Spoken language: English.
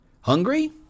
Hungry